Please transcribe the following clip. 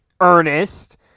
Ernest